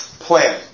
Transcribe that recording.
plan